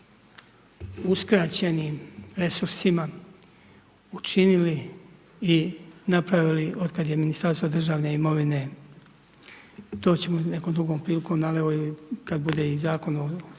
uskraćenim resursima počinili i napravili od kad je Ministarstva državne imovine, to ćemo nekom drugom prilikom kad bude i Zakon o